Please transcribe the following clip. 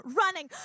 running